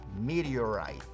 Meteorite